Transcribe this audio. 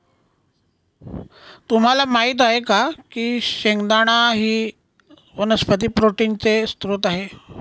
तुम्हाला माहित आहे का की शेंगदाणा ही वनस्पती प्रोटीनचे स्त्रोत आहे